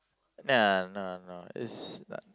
nah nah no it's not